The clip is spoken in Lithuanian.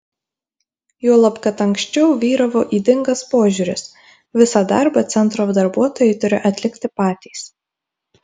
juolab kad anksčiau vyravo ydingas požiūris visą darbą centro darbuotojai turi atlikti patys